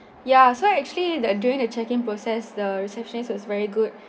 ya so actually that during the check in process the receptionist was very good